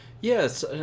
Yes